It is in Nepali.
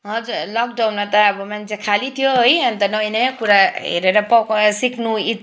हजर लकडाउनमा त अब मान्छे खाली थियो है अन्त नयाँ नयाँ कुरा हेरेर पक सिक्नु